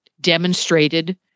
demonstrated